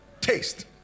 taste